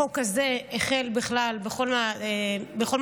החוק הזה החל בכלל בכל מה שקשור